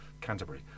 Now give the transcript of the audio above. Canterbury